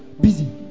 busy